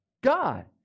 God